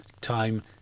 time